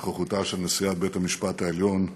נוכחותם של נשיאת בית-המשפט העליון והפרופ'